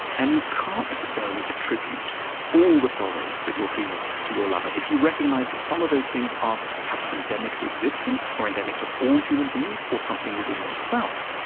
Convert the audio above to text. and you can't necessarily attribute all the sorrows that you're feeling to your lover, if you recognize that some of those things are perhaps endemic to existence, or endemic to all human beings, or something within yourself,